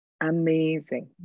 amazing